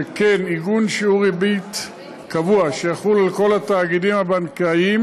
שכן עיגון שיעור ריבית קבוע שיחול על כל התאגידים הבנקאיים